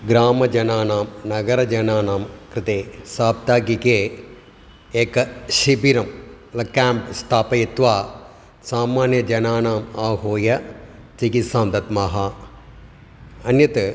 ग्रामजनानां नगरजनानां कृते साप्ताहिके एकं शिबिरं ल केम्प् स्थापयित्वा सामान्यजनानाम् आहूय चिकित्सां दद्मः अन्यत्